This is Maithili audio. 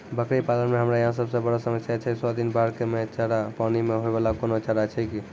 बकरी पालन मे हमरा यहाँ सब से बड़ो समस्या छै सौ दिन बाढ़ मे चारा, पानी मे होय वाला कोनो चारा छै कि?